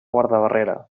guardabarrera